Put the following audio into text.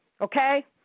okay